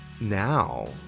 now